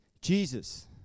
Jesus